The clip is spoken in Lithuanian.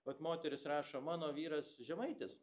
vat moteris rašo mano vyras žemaitis